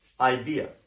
idea